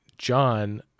john